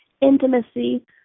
intimacy